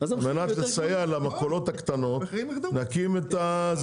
ואנחנו נסייע למכולות הקטנות להקים את זה.